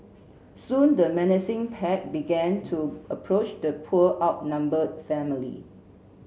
soon the menacing pack began to approach the poor outnumbered family